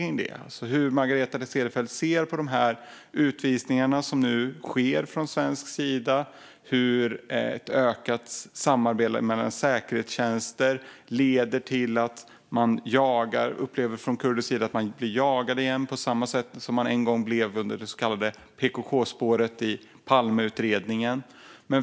Jag undrar hur Margareta Cederfelt ser på de utvisningar som nu sker från svensk sida. Ett ökat samarbete mellan säkerhetstjänster leder till att man från kurdisk sida upplever att man blir jagad igen på samma sätt som man en gång blev i och med det så kallade PKK-spåret i Palmeutredningen.